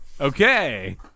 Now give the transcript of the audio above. okay